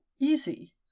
easy